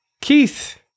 Keith